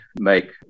make